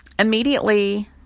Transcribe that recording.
Immediately